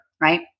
right